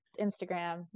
Instagram